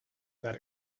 that